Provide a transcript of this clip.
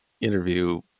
interview